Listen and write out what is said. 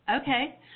okay